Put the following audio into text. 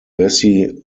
bessie